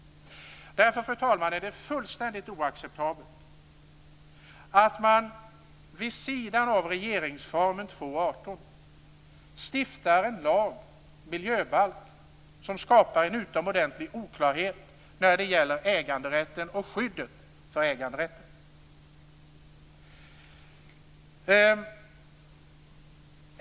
Därför är det fullständigt oacceptabelt att man vid sidan av regeringsformen 2:18 stiftar en lag, en miljöbalk, som skapar en utomordentlig oklarhet när det gäller äganderätten och skyddet för den.